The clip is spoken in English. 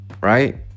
right